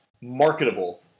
marketable